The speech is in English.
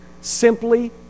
simply